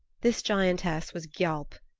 this giantess was gialp,